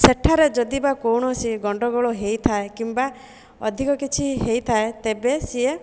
ସେଠାରେ ଯଦିବା କୌଣସି ଗଣ୍ଡଗୋଳ ହୋଇଥାଏ କିମ୍ବା ଅଧିକ କିଛି ହୋଇଥାଏ ତେବେ ସିଏ